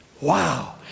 Wow